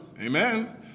Amen